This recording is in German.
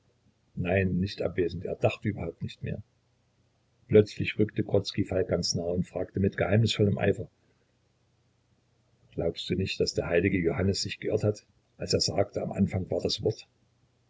nein nicht abwesend er dachte überhaupt nicht mehr plötzlich rückte grodzki falk ganz nahe und fragte mit geheimnisvollem eifer glaubst du nicht daß der heilige johannes sich geirrt hat als er sagte am anfange war das wort